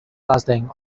lasting